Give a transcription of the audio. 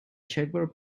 checkerboard